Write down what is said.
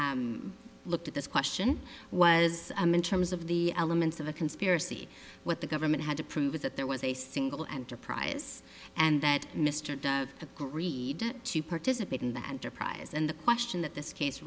looked at this question was i'm in terms of the elements of a conspiracy what the government had to prove is that there was a single enterprise and that mr the greed to participate in the enterprise and the question that this case